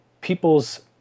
people's